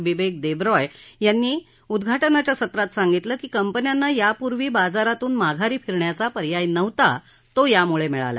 बिबक्त दर्जीय यांनी उद्वाटनाच्या सत्रात सांगितलं की कंपन्यांना यापूर्वी बाजारातून माघारी फिरण्याचा पर्याय नव्हता तो यामुळा मिळाला